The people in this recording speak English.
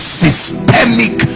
systemic